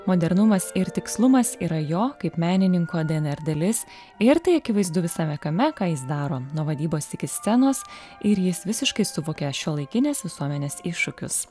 modernumas ir tikslumas yra jo kaip menininko dnr dalis ir tai akivaizdu visame kame ką jis daro nuo vadybos iki scenos ir jis visiškai suvokia šiuolaikinės visuomenės iššūkius